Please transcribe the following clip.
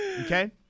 Okay